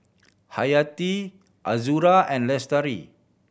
Hayati Azura and Lestari